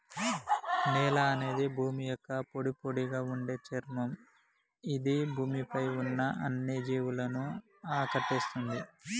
నేల అనేది భూమి యొక్క పొడిపొడిగా ఉండే చర్మం ఇది భూమి పై ఉన్న అన్ని జీవులను ఆకటేస్తుంది